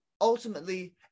ultimately